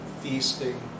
feasting